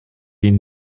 ihnen